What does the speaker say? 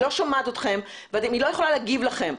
היא לא שומעת אתכם והיא לא יכולה להגיב לדבריכם.